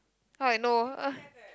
how I know uh